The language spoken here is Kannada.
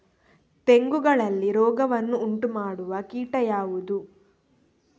ತೆಂಗುಗಳಲ್ಲಿ ರೋಗವನ್ನು ಉಂಟುಮಾಡುವ ಕೀಟ ಯಾವುದು?